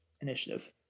initiative